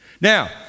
Now